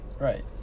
Right